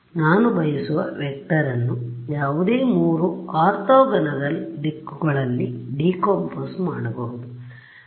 ನಾನು ಬಯಸುವ ವೆಕ್ಟರ್ ನ್ನು ಯಾವುದೇ 3 ಆರ್ಥೋಗೋನಲ್ದಿಕ್ಕುಗಳಲ್ಲಿ ಡಿಕಂಪೋಸ್ ಮಾಡಬಹುದು